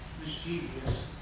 mischievous